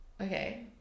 okay